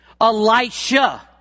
Elisha